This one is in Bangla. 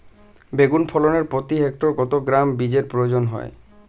বেগুন ফলনে প্রতি হেক্টরে কত গ্রাম বীজের প্রয়োজন হয়?